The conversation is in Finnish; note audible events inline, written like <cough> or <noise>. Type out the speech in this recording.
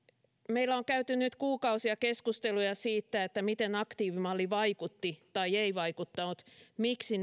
meillä on käyty nyt kuukausia keskusteluja siitä miten aktiivimalli vaikutti tai ei vaikuttanut miksi <unintelligible>